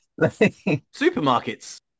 Supermarkets